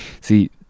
see